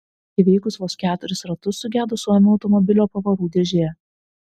įveikus vos keturis ratus sugedo suomio automobilio pavarų dėžė